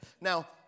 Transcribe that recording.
Now